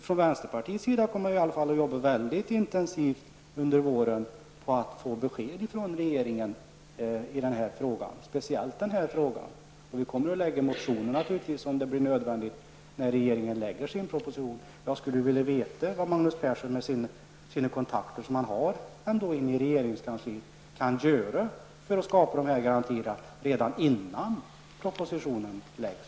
Från vänsterpartiets sida kommer vi i alla fall att jobba mycket intensivt under våren på att få besked från regeringen i speciellt denna fråga. Vi kommer att lägga motioner om det blir nödvändigt när regeringen lägger fram sin proposition. Jag skulle vilja veta vad Magnus Persson, med de kontakter som han ändå har i regeringskansliet, kan göra för att skapa sådana här garantier redan innan propositionen läggs.